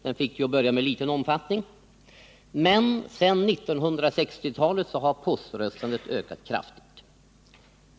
Den fick till att börja med liten omfattning. Men sedan 1960-talets början har poströstandet ökat kraftigt.